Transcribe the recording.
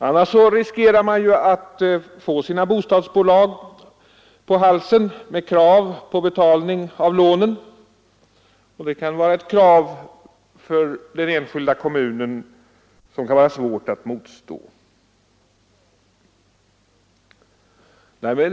Annars riskerar man ju att få sina bostadsbolag på halsen med krav på betalning av lånen, och ett sådant krav kan vara svårt att motstå för kommunen.